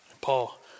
Paul